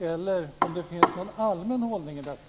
Eller finns det någon allmän hållning i detta?